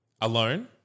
Alone